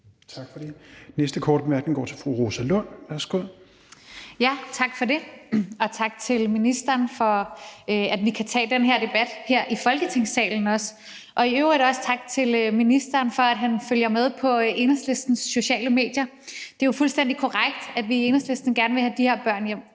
Tak for det. Den næste korte bemærkning går til fru Rosa Lund. Værsgo. Kl. 21:54 Rosa Lund (EL): Tak for det, og tak til ministeren for, at vi også kan tage den her debat i Folketingssalen, og i øvrigt også tak til ministeren for, at han følger med i Enhedslisten på de sociale medier. Det er fuldstændig korrekt, at vi i Enhedslisten gerne vil have de her børn hjem,